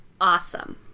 awesome